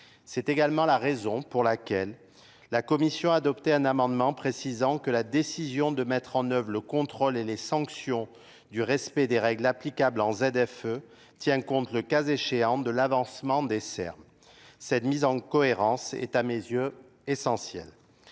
c'est également la raison pour laquelle la Commission a adopté un amendement précisant que la décision de mettre en œuvre le contrôle et les sanctions du respect des règles applicables à la f e tient compte le cas échéant, de l'avancement des Serbes Cette mise en cohérence est à mes yeux essentielle